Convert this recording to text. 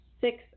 Six